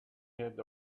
had